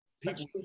people